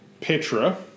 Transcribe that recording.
Petra